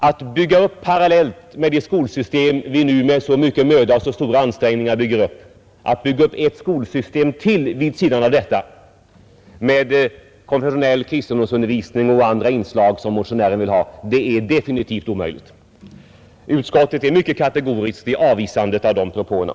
Att parallellt med det skolsystem som vi nu med så mycken möda och så stora ansträngningar håller på att bygga upp skapa ytterligare ett skolsystem med konfessionell kristendomsundervisning och de andra inslag som motionären vill ha är definitivt omöjligt. Utskottet är mycket kategoriskt i sitt avvisande av de propåerna.